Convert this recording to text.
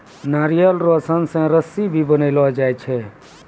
नारियल रो सन से रस्सी भी बनैलो जाय छै